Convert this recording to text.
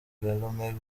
guillaume